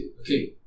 okay